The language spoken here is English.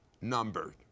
numbered